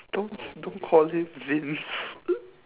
don't don't call him vince